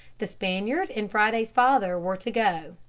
the spaniard and friday's father were to go.